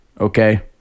okay